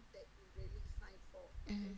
mm